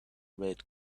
red